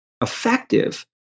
effective